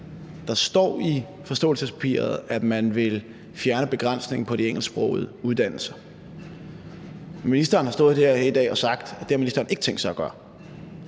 Der står i forståelsespapiret, at man vil fjerne begrænsningen på de engelsksprogede uddannelser. Ministeren har stået her i dag og sagt, at det har ministeren ikke tænkt sig at gøre.